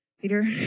Peter